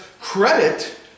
credit